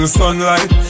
sunlight